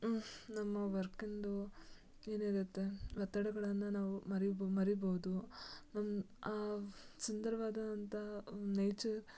ನಮ್ಮ ವರ್ಕಿಂದು ಏನಿರುತ್ತೆ ಒತ್ತಡಗಳನ್ನು ನಾವು ಮರಿಬೋ ಮರೀಬೋದು ಸುಂದರವಾದಂಥ ನೇಚರ್